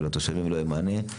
ולתושבים לא יהיה מענה.